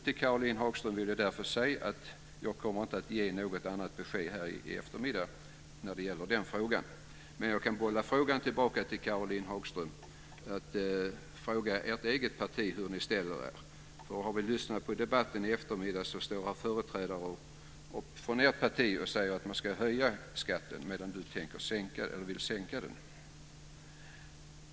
Till Caroline Hagström vill jag därför säga att jag inte kommer att ge något annat besked här i eftermiddag när det gäller den frågan. Men jag kan bolla en fråga tillbaka till Caroline Hagström: Fråga ert eget parti hur ni ställer er! Har man lyssnat på debatten i eftermiddag så har det stått företrädare från ert parti och sagt att man ska höja skatten medan Caroline Hagström vill sänka den.